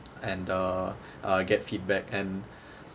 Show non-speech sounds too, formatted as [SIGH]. and uh [BREATH] uh get feedback and